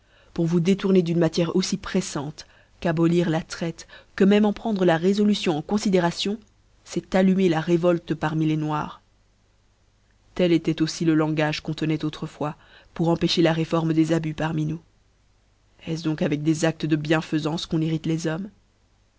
pour vous détourner d'une matière auffi prenante qu'abolir la traite que même en prendre la réfolution en confidération c eft allumer la révolte parmi les noirs tel étoit auffi le langage qu'on tenoit autrefois pour empêcher la réforme des abus parmi nous eu ce donc avec des ades de bienfaifance qu'on irrite les hommes